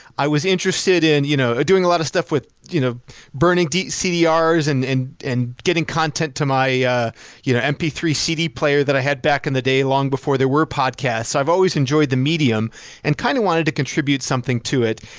i was interested in you know doing a lot of stuff with you know burning cdrs and and and getting content to my your yeah you know m p three cd player that i had back in the day long before there were podcasts. i've always enjoyed the medium and kind of wanted to contribute something to it.